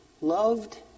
loved